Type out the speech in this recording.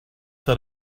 that